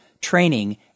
training